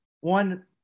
one